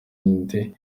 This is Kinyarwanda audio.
nde